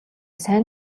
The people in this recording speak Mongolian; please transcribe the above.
сайн